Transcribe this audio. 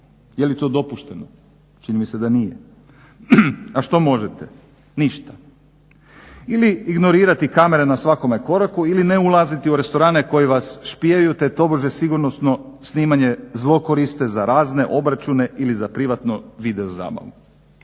je li to dopušteno? Čini mi se da nije, a što možete, ništa. Ili ignorirati kamere na svakome koraku ili ne ulaziti u restorane koji vas špijaju, te tobože sigurnosno snimanje zlokoriste za razne obračune ili privatno video zabavu.